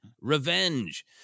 Revenge